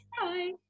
Bye